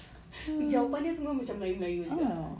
jawapan dia semua macam melayu-melayu